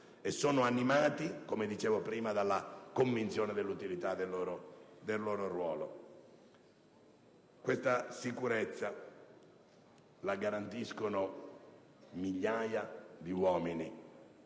dicevo prima, dalla convinzione dell'utilità del loro ruolo. Questa sicurezza la garantiscono migliaia di uomini